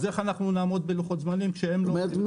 אז איך נעמוד בלוחות זמנים כשהם לא עומדים?